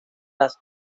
las